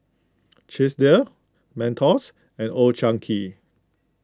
Chesdale Mentos and Old Chang Kee